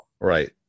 Right